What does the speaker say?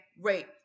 rate